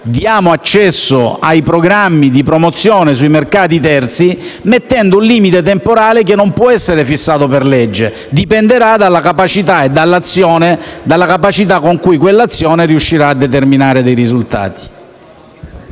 dia accesso ai programmi di promozione sui mercati terzi ponendo un limite temporale che non può essere fissato per legge. Dipenderà piuttosto dalla capacità con cui quell'azione riuscirà a determinare dei risultati.